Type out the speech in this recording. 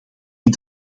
die